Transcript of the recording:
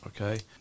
Okay